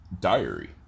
diary